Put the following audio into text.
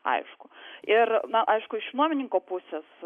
aišku ir na aišku iš nuomininko pusės